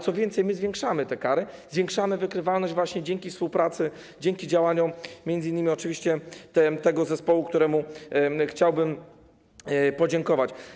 Co więcej, my zwiększamy te kary, zwiększamy wykrywalność właśnie dzięki współpracy, dzięki działaniom m.in. oczywiście tego zespołu, któremu chciałbym podziękować.